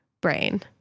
brain